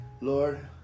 Lord